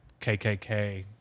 KKK